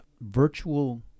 virtual